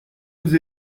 vous